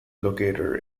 located